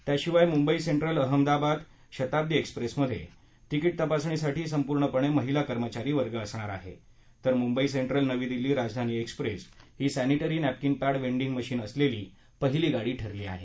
त्याशिवाय मुंबई सेंट्रल अहमदाबाद शताब्दी एक्सप्रेसमध्ये तिकी तपासणीसाठी संपूर्णपणे महिला कर्मचारी वर्ग असणार आहे तर मुंबई सेंटूल नवी दिल्ली राजधानी एक्सप्रेस ही sanitary napkin pad vending machine असलेली पहिली गाडी ठरली आहे